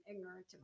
ignorant